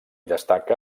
destaca